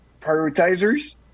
prioritizers